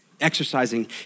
exercising